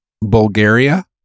Bulgaria